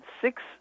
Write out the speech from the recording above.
six